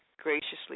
graciously